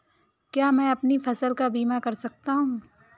क्या मैं अपनी फसल का बीमा कर सकता हूँ?